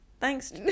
thanks